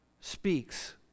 speaks